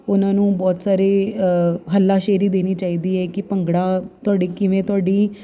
ਉਹਨਾਂ ਨੂੰ ਬਹੁਤ ਸਾਰੇ ਹੱਲਾਸ਼ੇਰੀ ਦੇਣੀ ਚਾਹੀਦੀ ਹੈ ਕਿ ਭੰਗੜਾ ਤੁਹਾਡੇ ਕਿਵੇਂ ਤੁਹਾਡੀ